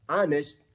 honest